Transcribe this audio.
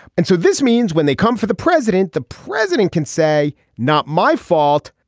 and so this means when they come for the president the president can say not my fault.